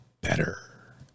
better